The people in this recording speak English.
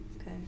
Okay